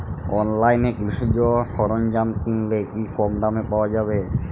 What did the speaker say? অনলাইনে কৃষিজ সরজ্ঞাম কিনলে কি কমদামে পাওয়া যাবে?